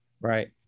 Right